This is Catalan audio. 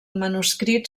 manuscrit